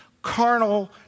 carnal